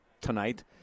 tonight